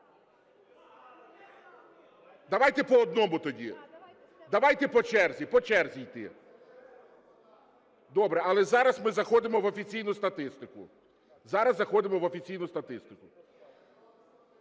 Давайте по одному тоді. Давайте по черзі, по черзі йти. Добре, але зараз ми заходимо в офіційну статистику. Зараз заходимо в офіційну статистику.